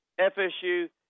FSU